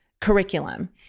curriculum